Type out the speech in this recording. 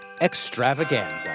Extravaganza